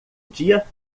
dia